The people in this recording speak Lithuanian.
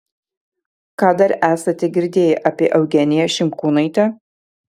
ką dar esate girdėję apie eugeniją šimkūnaitę